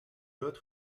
duit